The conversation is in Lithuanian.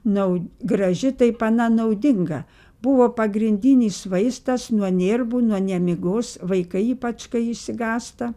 nau graži taip ana naudinga buvo pagrindinis vaistas nuo nervų nuo nemigos vaikai ypač kai išsigąsta